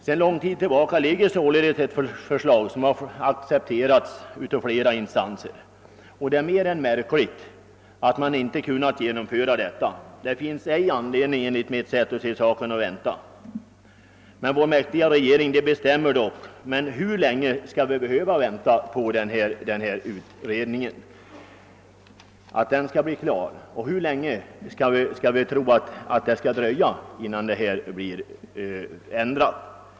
Sedan lång tid tillbaka föreligger således ctt förslag som har accepterats av flera instanser, och det är mer än märkligt att man inte kunnat genomföra detta. Det finns enligt mitt sätt att se icke anledning att vänta med genomförandet. Men vår mäktiga regering bestämmer, och jag frågar: Hur länge skall vi behöva vänta på att den utredning som statsrådet talar om skall bli klar och hur länge dröjer det innan en ändring kommer att göras?